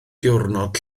diwrnod